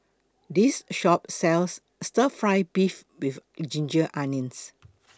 This Shop sells Stir Fried Beef with Ginger Onions